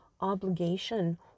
obligation